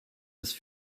ist